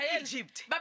Egypt